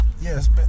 yes